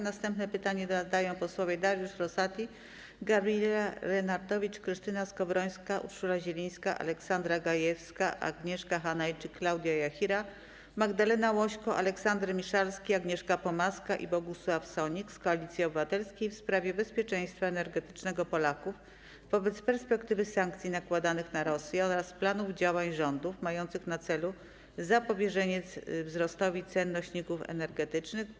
Następne pytanie zadają posłowie: Dariusz Rosati, Gabriela Lenartowicz, Krystyna Skowrońska, Urszula Zielińska, Aleksandra Gajewska, Agnieszka Hanajczyk, Klaudia Jachira, Magdalena Łośko, Aleksander Miszalski, Agnieszka Pomaska i Bogusław Sonik z Koalicji Obywatelskiej w sprawie bezpieczeństwa energetycznego Polaków wobec perspektywy sankcji nakładanych na Rosję oraz planu działań rządu mających na celu zapobieżenie wzrostowi cen nośników energetycznych.